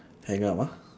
hang up ah